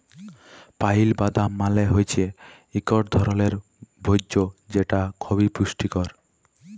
pile বাদাম মালে হৈচ্যে ইকট ধরলের ভোজ্য যেটা খবি পুষ্টিকর